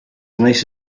nice